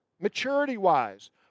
maturity-wise